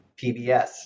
PBS